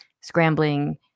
scrambling